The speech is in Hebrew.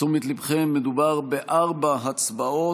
לתשומת ליבכם, מדובר בארבע הצבעות.